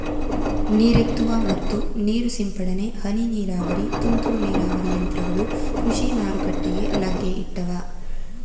ನೀರೆತ್ತುವ ಮತ್ತು ನೀರು ಸಿಂಪಡನೆ, ಹನಿ ನೀರಾವರಿ, ತುಂತುರು ನೀರಾವರಿ ಯಂತ್ರಗಳು ಕೃಷಿ ಮಾರುಕಟ್ಟೆಗೆ ಲಗ್ಗೆ ಇಟ್ಟಿವೆ